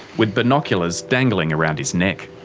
with binoculars dangling around his neck.